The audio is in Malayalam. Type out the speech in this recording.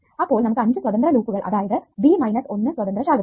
അപ്പോൾ നമുക്ക് 5 സ്വതന്ത്ര ലൂപ്പുകൾ അതായത് B മൈനസ് 1 സ്വതന്ത്ര ശാഖകൾ